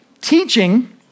teaching